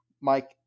Mike